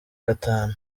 gatanu